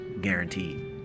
guaranteed